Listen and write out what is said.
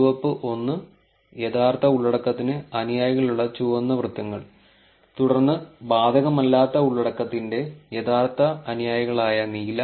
ചുവപ്പ് ഒന്ന് യഥാർത്ഥ ഉള്ളടക്കത്തിന് അനുയായികളുള്ള ചുവന്ന വൃത്തങ്ങൾ തുടർന്ന് ബാധകമല്ലാത്ത ഉള്ളടക്കത്തിന്റെ യഥാർത്ഥ അനുയായികളായ നീല